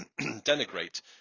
denigrate